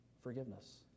forgiveness